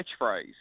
catchphrase